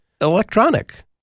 electronic